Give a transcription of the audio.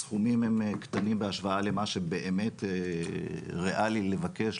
הסכומים הם קטנים בהשוואה למה שבאמת ריאלי לבקש,